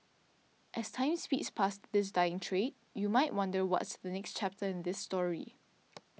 as time speeds past this dying trade you might wonder what's the next chapter in this story